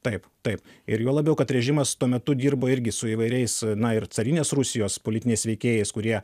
taip taip ir juo labiau kad režimas tuo metu dirbo irgi su įvairiais na ir carinės rusijos politiniais veikėjais kurie